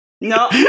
No